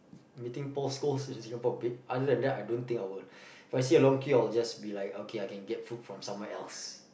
meeting Paul-Scholes in Singapore b~ other than that I don't think I will If I see a long queue I will just be like okay I can get food from somewhere else